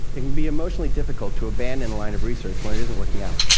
it can be emotionally difficult to abandon a line of research when it isn't working out.